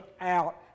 out